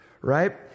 right